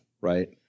Right